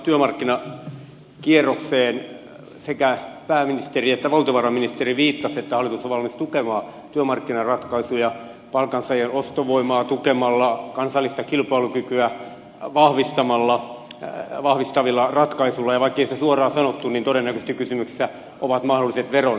tosiaan työmarkkinakierrokseen sekä pääministeri että valtiovarainministeri viittasivat että hallitus on valmis tukemaan työmarkkinaratkaisuja palkansaajien ostovoimaa tukemalla kansallista kilpailukykyä vahvistavilla ratkaisuilla ja vaikkei sitä suoraan sanottu niin todennäköisesti kysymyksessä ovat mahdolliset veronkevennykset